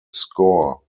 score